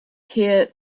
here